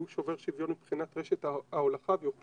יהיו שובר שוויון מבחינת רשת ההולכה ויוכלו